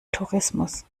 tourismus